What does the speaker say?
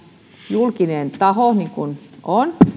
julkinen taho niin kuin on